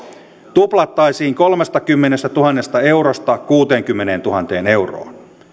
tuplattaisiin kolmestakymmenestätuhannesta eurosta kuuteenkymmeneentuhanteen euroon